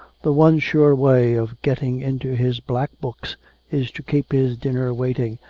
the one sure way of getting into his black books is to keep his dinner waiting,